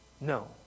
No